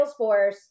Salesforce